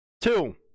Two